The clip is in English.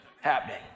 happening